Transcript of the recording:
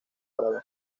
árabe